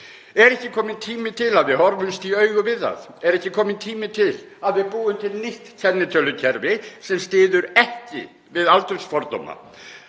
Er ekki kominn tími til að við horfumst í augu við það? Er ekki kominn tími til að við búum til nýtt kennitölukerfi sem styður ekki við aldursfordóma?